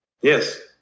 Yes